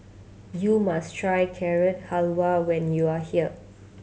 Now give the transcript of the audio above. you must try Carrot Halwa when you are here